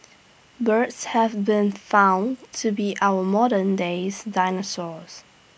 birds have been found to be our moderndays dinosaurs